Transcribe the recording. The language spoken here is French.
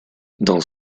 dans